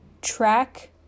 Track